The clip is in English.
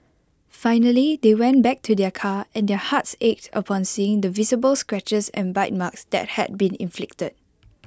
finally they went back to their car and their hearts ached upon seeing the visible scratches and bite marks that had been inflicted